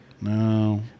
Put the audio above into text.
No